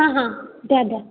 हां हां द्या द्या